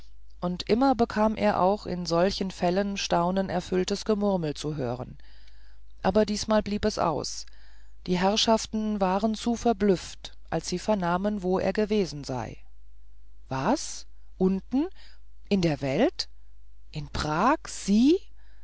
und immer bekam er auch in solchen fällen staunenerfülltes gemurmel zu hören aber diesmal blieb es aus die herrschaften waren zu verblüfft als sie vernahmen wo er gewesen sei was unten in der welt in prag sie